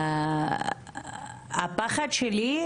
הפחד שלי,